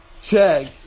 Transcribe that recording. Check